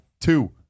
two